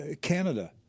Canada